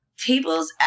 Tables